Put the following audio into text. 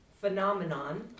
phenomenon